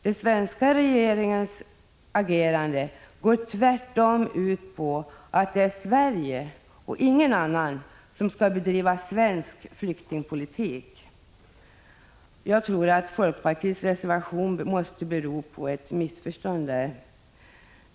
Den svenska regeringens agerande går tvärtom ut på att det är Sverige och ingen annan som skall bedriva svensk flyktingpolitik. Jag tror att folkpartiets reservation måste bero på ett missförstånd.